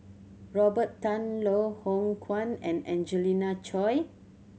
Robert Tan Loh Hoong Kwan and Angelina Choy